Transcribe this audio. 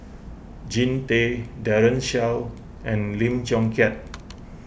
Jean Tay Daren Shiau and Lim Chong Keat